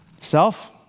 Self